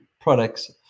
products